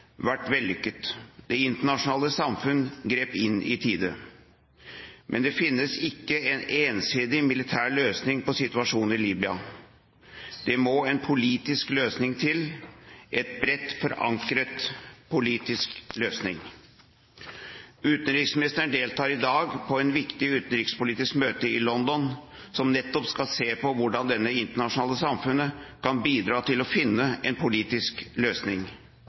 vært vellykket. Det internasjonale samfunnet grep inn i tide. Men det finnes ikke en ensidig militær løsning på situasjonen i Libya. Det må en politisk løsning til, en bred forankret politisk løsning. Utenriksministeren deltar i dag på et viktig utenrikspolitisk møte i London som skal se nettopp på hvordan det internasjonale samfunnet kan bidra til å finne en politisk løsning.